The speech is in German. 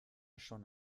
schon